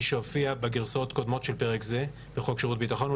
שהופיעה בגרסאות הקודמות של פרק זה בחוק שירות ביטחון,